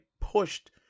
pushed